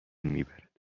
میبرد